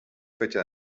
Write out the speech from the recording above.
fechas